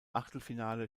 achtelfinale